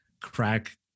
crack